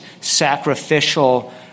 sacrificial